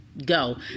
go